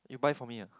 you buy for me ah